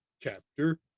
chapter